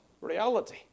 reality